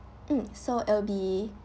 mm so it'll be